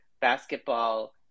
basketball